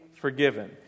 forgiven